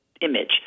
image